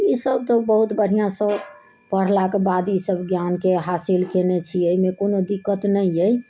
ईसभ तऽ बहुत बढ़िआँसँ पढ़लाके बाद ईसभ ज्ञानके हासिल कयने छी एहिमे कोनो दिक्कत नहि अइ